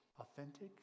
Authentic